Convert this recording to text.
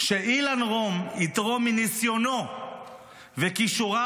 ש"אילן רום יתרום מניסיונו וכישוריו